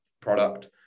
product